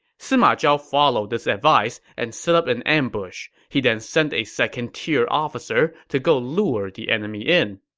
sima zhao followed this advice and set up an ambush. he then sent a second-tier officer to go lure the enemy in.